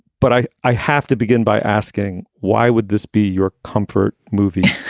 but i i have to begin by asking, why would this be your comfort movie?